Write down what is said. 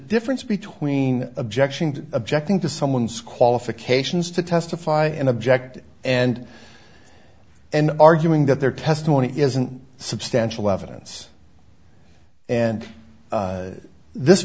difference between objection objecting to someone's qualifications to testify and object and and arguing that their testimony isn't substantial evidence and this